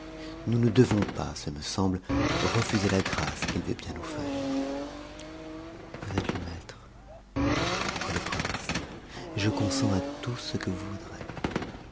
nous ne devons pas ce me semble refuser la grace qu'il veut bien nous faire vous êtes le maître reprit le prince et je consens à tout ce que vous voudrez